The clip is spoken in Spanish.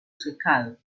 secado